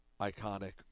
iconic